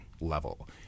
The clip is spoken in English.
level